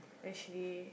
actually